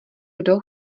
kdo